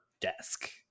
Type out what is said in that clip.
desk